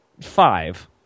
five